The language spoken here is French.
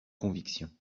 conviction